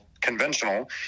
conventional